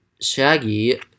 Shaggy